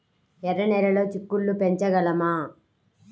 ఎర్ర నెలలో చిక్కుళ్ళు పెంచగలమా?